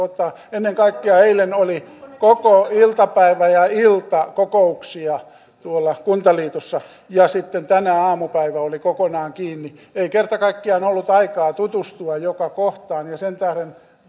ennen kaikkea eilen oli koko iltapäivä ja ilta kokouksia tuolla kuntaliitossa ja sitten tänään aamupäivä oli kokonaan kiinni ei kerta kaikkiaan ollut aikaa tutustua joka kohtaan ja sen tähden